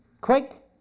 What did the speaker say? Quick